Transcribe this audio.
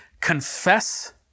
confess